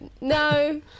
No